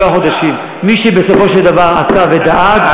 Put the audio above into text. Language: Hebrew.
מי שבסופו של דבר עשה ודאג,